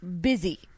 busy